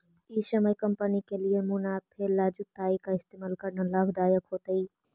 ई समय कंपनी के लिए मुनाफे ला जुताई का इस्तेमाल करना लाभ दायक होतई